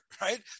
right